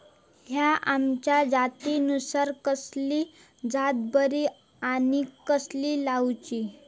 हया आम्याच्या जातीनिसून कसली जात बरी आनी कशी लाऊची?